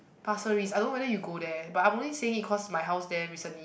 Pasir-Ris I don't know whether you go there but I'm only saying it cause my house there recently